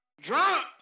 drunk